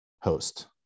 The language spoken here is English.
host